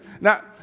Now